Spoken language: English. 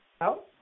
Hello